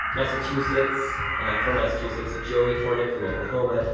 massachusetts from massachusetts. joey hornet from oklahoma.